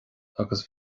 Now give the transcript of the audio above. agus